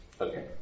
Okay